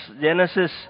Genesis